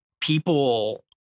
people